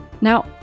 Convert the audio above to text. Now